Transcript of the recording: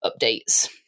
updates